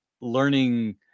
learning